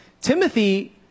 Timothy